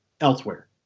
elsewhere